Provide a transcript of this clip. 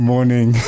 Morning